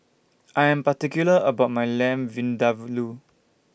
I Am particular about My Lamb Vindaveloo